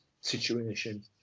situation